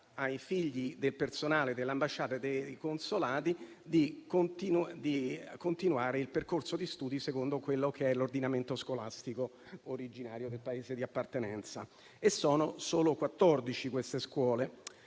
ai figli del personale delle ambasciate e dei consolati di continuare il percorso di studi secondo l'ordinamento scolastico originario del Paese di appartenenza. Sono solo 14 queste scuole.